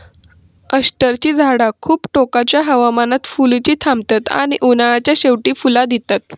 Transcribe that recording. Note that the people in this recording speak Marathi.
अष्टरची झाडा खूप टोकाच्या हवामानात फुलुची थांबतत आणि उन्हाळ्याच्या शेवटी फुला दितत